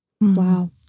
Wow